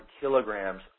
kilograms